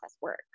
work